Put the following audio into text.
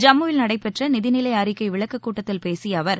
ஜம்முவில் நடைபெற்ற நிதிநிலை அறிக்கை விளக்கக் கூட்டத்தில் பேசிய அவர்